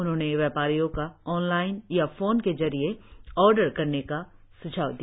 उन्होंने व्यापारियों का ऑनलाइन या फोन के जरिए ऑर्डर करने का सुझाव दिया